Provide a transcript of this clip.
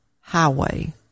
highway